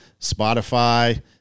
Spotify